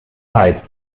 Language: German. leid